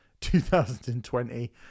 2020